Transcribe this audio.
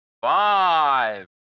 Five